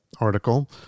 article